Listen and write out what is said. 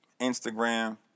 Instagram